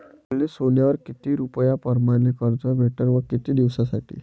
मले सोन्यावर किती रुपया परमाने कर्ज भेटन व किती दिसासाठी?